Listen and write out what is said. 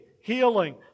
healing